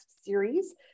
series